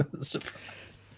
Surprise